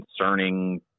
concerning